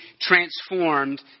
transformed